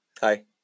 Hi